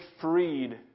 freed